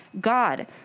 God